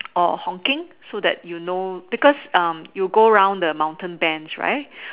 or honking so that you know because um you go around the mountain bends right